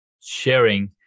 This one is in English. sharing